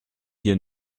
hier